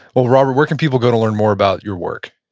well, robert, where can people go to learn more about your work?